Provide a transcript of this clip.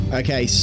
okay